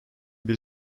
bir